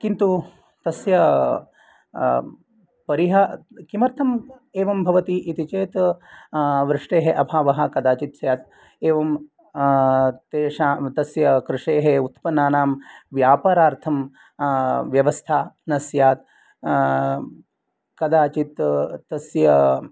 किन्तु तस्य किमर्थम् एवं भवति इति चेत वृष्टेः अभावः कदाचित् स्यात् एवं तेषां तस्य कृषेः उत्पन्नानां व्यापारार्थं व्यवस्था न स्यात् कदाचित् तस्य